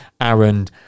Aaron